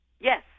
Yes